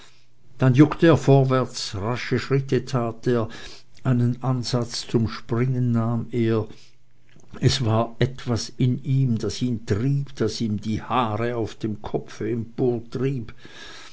dann juckte er vorwärts rasche schritte tat er einen ansatz zum springen nahm er es war etwas in ihm das ihn trieb das ihm die haare auf dem kopfe